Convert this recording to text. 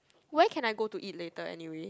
where can I go to eat later anyway